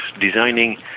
designing